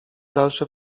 dalsze